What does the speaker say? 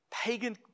Pagan